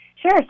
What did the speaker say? Sure